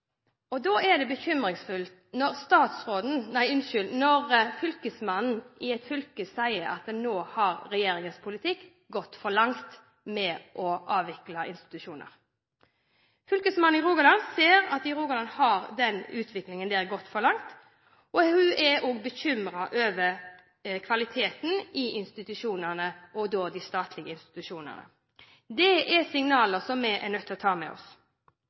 er bekymringsfullt når fylkesmannen sier at nå har regjeringens politikk gått for langt når det gjelder å avvikle institusjoner. Fylkesmannen i Rogaland sier at i Rogaland har denne utviklingen gått for langt. Hun er også bekymret over kvaliteten i institusjonene – og da i de statlige institusjonene. Det er signaler som vi er nødt til å ta med oss.